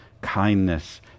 kindness